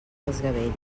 desgavell